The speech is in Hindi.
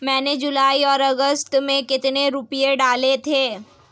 मैंने जुलाई और अगस्त में कितने रुपये डाले थे?